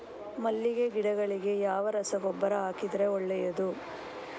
ಮಲ್ಲಿಗೆ ಗಿಡಗಳಿಗೆ ಯಾವ ರಸಗೊಬ್ಬರ ಹಾಕಿದರೆ ಒಳ್ಳೆಯದು?